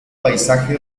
paisaje